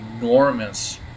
enormous